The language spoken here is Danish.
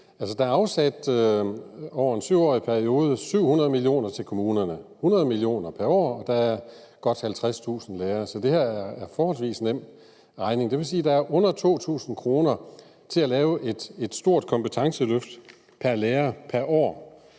Der er over en 7-årig periode afsat 700 mio. kr. til kommunerne, 100 mio. kr. pr. år, og der er godt 50.000 lærere, så det her er et forholdsvis nemt regnestykke. Det vil sige, at der er under 2.000 kr. til at lave et stort kompetenceløft pr. lærer pr. år,